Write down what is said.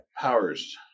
powers